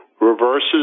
reverses